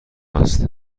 است